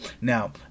now